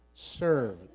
Serve